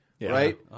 Right